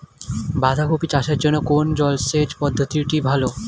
বাঁধাকপি চাষের জন্য কোন জলসেচ পদ্ধতিটি ভালো?